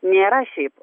nėra šiaip